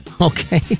Okay